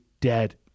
dead